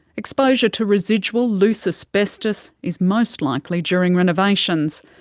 exposure to residual loose asbestos is most likely during renovations.